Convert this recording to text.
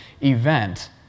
event